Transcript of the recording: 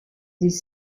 des